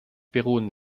beruhen